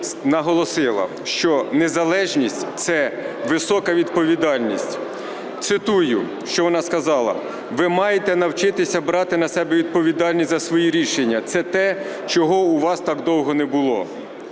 наголосила, що незалежність – це висока відповідальність. Цитую, що вона сказала: "Ви маєте навчитися брати на себе відповідальність за свої рішення. Це те, чого у вас так довго не було".